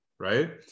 right